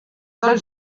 del